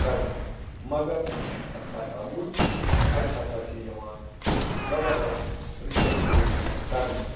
رَٹنہٕ مگر اَسہِ ہسا وٕچھ اَتہِ ہسا چھِ یِوان زَبَردست رِشوَت خوری کَرنہٕ